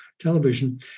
television